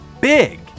big